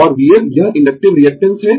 और VL यह inductive reactance है